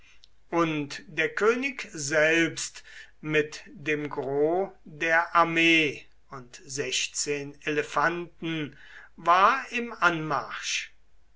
und der könig selbst mit dem gros der armee und sechzehn elefanten war im anmarsch